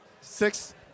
six